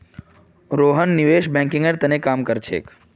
रोहन निवेश बैंकिंगेर त न काम कर छेक